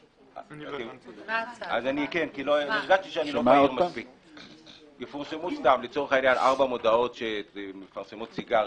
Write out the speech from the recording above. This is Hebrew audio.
העניין, יפורסמו ארבע מודעת שמפרסמות סיגריות,